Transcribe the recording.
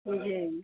जी